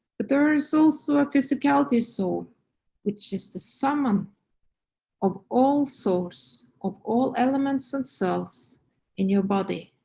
but there is also a physicality soul which is the summon of all souls of all elements and cells in your body.